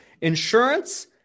insurance